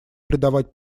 предавать